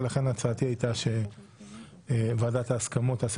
ולכן הצעתי הייתה שוועדת ההסכמות תעשה